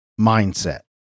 mindset